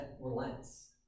relents